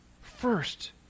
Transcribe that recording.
First